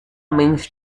means